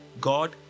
God